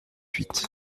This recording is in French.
huit